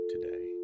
today